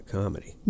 comedy